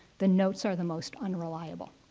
the notes are the most unreliable.